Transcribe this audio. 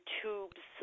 tubes